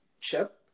chip